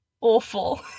awful